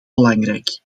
belangrijk